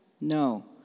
No